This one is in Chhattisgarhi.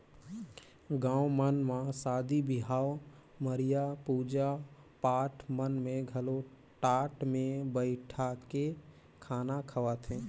गाँव मन म सादी बिहाव, मरिया, पूजा पाठ मन में घलो टाट मे बइठाके खाना खवाथे